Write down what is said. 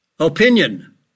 Opinion